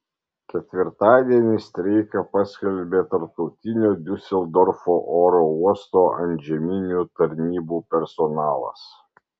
ketvirtadienį streiką paskelbė tarptautinio diuseldorfo oro uosto antžeminių tarnybų personalas